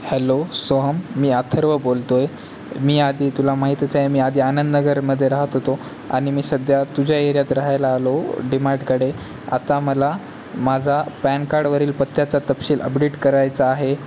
hello Soham मी अथर्व बोलतो आहे मी आधी तुला माहीतच आहे मी आधी आनंदनगरमध्ये राहत होतो आणि मी सध्या तुझ्या एरियात रहायला आलो डिमार्टकडे आता मला माझा पॅन कार्डवरील पत्त्याचा तपशील अपडेट करायचा आहे